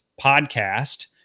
podcast